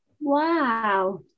Wow